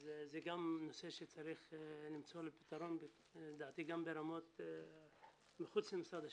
אז זה נושא שצריך למצוא לו פתרון לדעתי גם ברמות מחוץ למשרד השיכון.